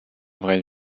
vraies